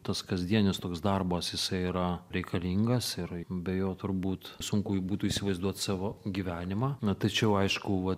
tas kasdienis toks darbas jisai yra reikalingas ir be jo turbūt sunku jį būtų įsivaizduot savo gyvenimą na tai čia jau aišku va